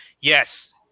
Yes